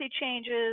changes